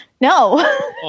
No